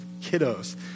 kiddos